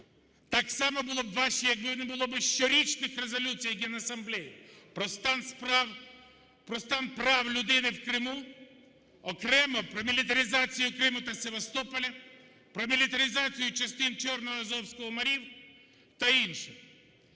Так само було б важче, якби не було щорічних резолюцій Генасамлеї про стан справ, про стан прав людини в Криму, окремо про мілітаризацію Криму та Севастополя, про мілітаризацію частин Чорного, Азовського морів та інше,